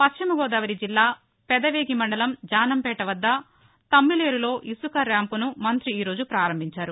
పశ్చిమగోదావరి జిల్లా పెదవేగి మండలం జానంపేట వద్ద తమ్మిలేరు లో ఇసుక ర్యాంప్ ను మంత్రి ఈ రోజు ప్రారంభించారు